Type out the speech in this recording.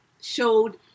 showed